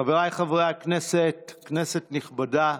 חבריי חברי הכנסת, כנסת נכבדה,